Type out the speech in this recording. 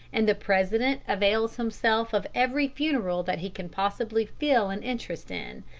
and the president avails himself of every funeral that he can possibly feel an interest in,